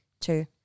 Two